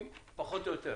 אם פחות או יותר,